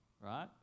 right